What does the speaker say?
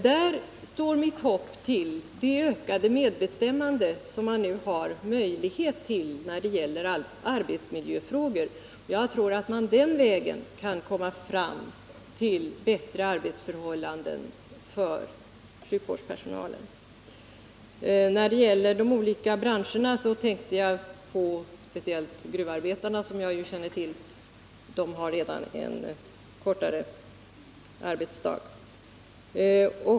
Där står min förhoppning till det ökade medbestämmande som man nu har möjlighet till i arbetsmiljöfrågor, och jag tror att man den vägen kan komma fram till bättre arbetsförhållanden för sjukvårdspersonalen. Beträffande de olika branscherna tänkte jag speciellt på gruvarbetarna, som jag vet redan har en kortare arbetsdag.